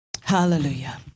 Hallelujah